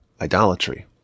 idolatry